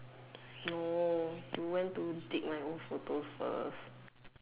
no you went to dig my old photos first